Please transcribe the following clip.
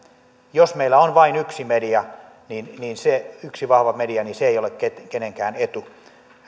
jos meillä on vain yksi media niin niin se yksi vahva media ei ole kenenkään etu